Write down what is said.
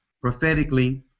prophetically